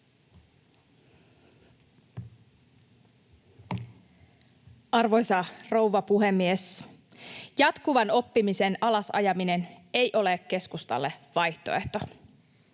Arvoisa rouva puhemies! Jatkuvan oppimisen alas ajaminen ei ole keskustalle vaihtoehto.